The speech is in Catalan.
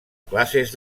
classes